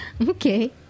Okay